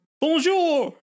Bonjour